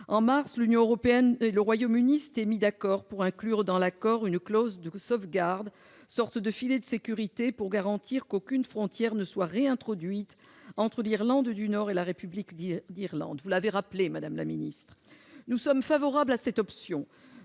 dernier, l'Union européenne et le Royaume-Uni s'étaient mis d'accord pour inclure dans l'accord une clause de sauvegarde, sorte de filet de sécurité pour garantir qu'aucune frontière ne soit réintroduite entre l'Irlande du Nord et la République d'Irlande. Nous sommes favorables à cette option.